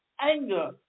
anger